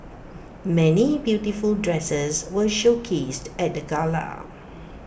many beautiful dresses were showcased at the gala